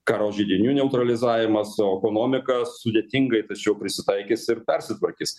karo židinių neutralizavimas o ekonomika sudėtingai tačiau prisitaikys ir persitvarkys